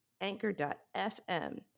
anchor.fm